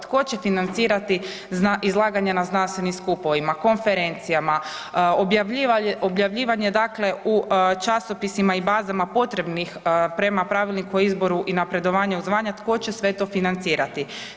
Tko će financirati izlaganje na znanstvenim skupovima, konferencijama, objavljivanje, dakle u časopisima i bazama potrebnih prema Pravilniku o izboru i napredovanju zvanja, tko će sve to financirati?